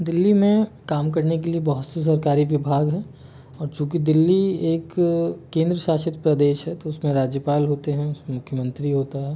दिल्ली में काम करने के लिये बहुत से सरकारी विभाग है और चूँकि दिल्ली एक केंद्र शासित प्रदेश है तो उसके राज्यपाल होते है उसमें मुख्यमंत्री होता है